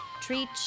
Treat